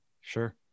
Sure